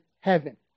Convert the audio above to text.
heaven